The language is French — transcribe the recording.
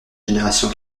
génération